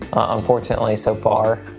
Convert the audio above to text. unfortunately so far.